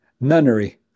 nunnery